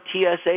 TSA